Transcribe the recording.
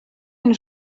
une